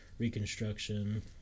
Reconstruction